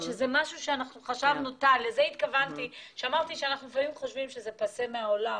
שלפעמים אנחנו חושבים שעברה מהעולם.